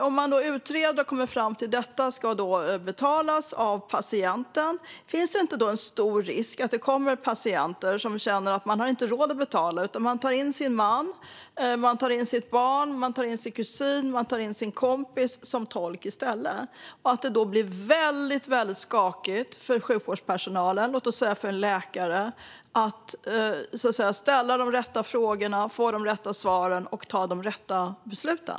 Om man utreder och kommer fram till att detta ska betalas av patienten, finns det då inte en stor risk att det kommer patienter som känner att de inte har råd att betala utan tar in sin man, sitt barn, sin kusin eller sin kompis som tolk i stället? Och blir det då inte väldigt skakigt för sjukvårdspersonalen, låt oss säga en läkare, att ställa de rätta frågorna, få de rätta svaren och fatta de rätta besluten?